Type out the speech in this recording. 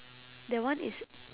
that one is